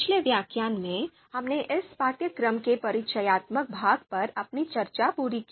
पिछले व्याख्यान में हमने इस पाठ्यक्रम के परिचयात्मक भाग पर अपनी चर्चा पूरी की